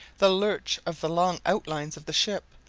the lurch of the long outlines of the ship,